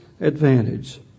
advantage